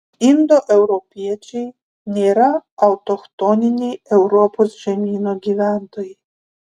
indoeuropiečiai nėra autochtoniniai europos žemyno gyventojai